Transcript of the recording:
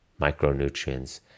micronutrients